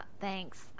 thanks